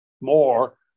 more